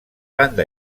banda